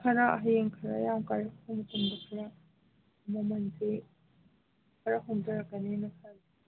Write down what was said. ꯈꯔ ꯍꯌꯦꯡ ꯈꯔ ꯌꯥꯝ ꯀꯥꯏꯔꯛꯄ ꯃꯇꯝꯗ ꯈꯔ ꯃꯃꯟꯁꯦ ꯈꯔ ꯍꯣꯡꯗꯔꯛꯀꯅꯦꯅ ꯈꯜꯂꯤ